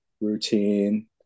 routine